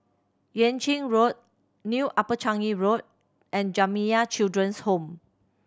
Yuan Ching Road New Upper Changi Road and Jamiyah Children's Home